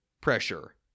pressure